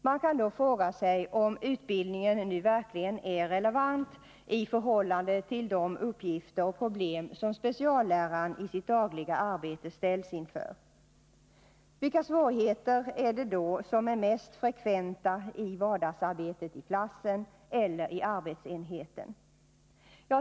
Man kan fråga sig om utbildningen nu verkligen är relevant i förhållande till de uppgifter och problem som specialläraren i sitt dagliga arbete ställs inför. Vilka svårigheter är det då som är mest frekventa i vardagsarbetet i klassen eller arbetsenheten?